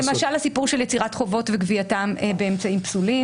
למשל הסיפור של יצירת חובות וגבייתם באמצעים פסולים.